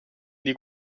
dei